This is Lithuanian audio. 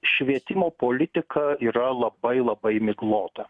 švietimo politika yra labai labai miglota